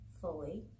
fully